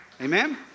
Amen